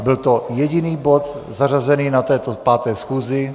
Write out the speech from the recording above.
Byl to jediný bod zařazený na této 5. schůzi.